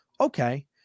okay